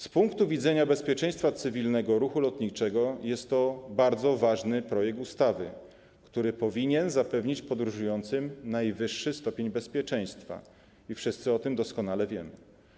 Z punktu widzenia bezpieczeństwa cywilnego ruchu lotniczego jest to bardzo ważny projekt ustawy, który powinien zapewnić podróżującym najwyższy stopień bezpieczeństwa i wszyscy o tym doskonale wiemy.